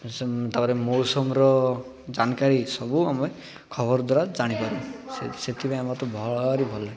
ତା'ପରେ ମୌସମର ଜାନକାରୀ ସବୁ ଆମେ ଖବର ଦ୍ୱାରା ଜାଣିପାରୁ ସେଥି ସେଥିପାଇଁ ଆମର ତ ଭାରି ଭଲ ଲାଗେ